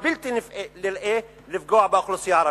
הבלתי-נלאה לפגוע באוכלוסייה הערבית.